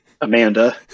Amanda